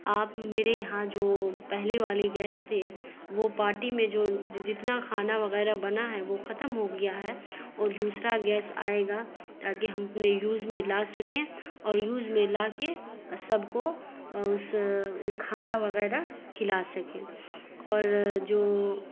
آپ میرے یہاں جو پہلے والی گیس تھے وہ پارٹی میں جو جو جتنا کھانا وغیرہ بنا ہے وہ ختم ہو گیا ہے اور دوسرا گیس آئے گا تاکہ ہم اپنے یوز میں لا سکیں اور یوز میں لا کے سب کو اس کھانا وغیرہ کھلا سکیں اور جو